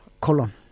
colon